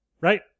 right